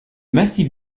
massif